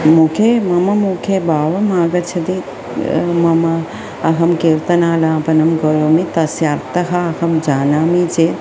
मम मुखे भावम् आगच्छति मम अहं कीर्तनालापनं करोमि तस्य अर्थः अहं जानामि चेत्